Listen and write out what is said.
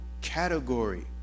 category